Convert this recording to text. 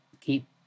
keep